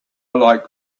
like